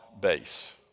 base